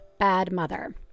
badmother